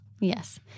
Yes